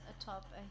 atop